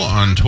on